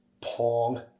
Pong